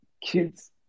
kids